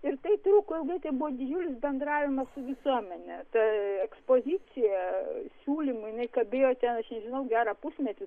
ir tai truko ilgai tai buvo didžiulis bendravimas su visuomene tai ekspozicija siūlymai jinai kabėjo ten aš nežinau gerą pusmetį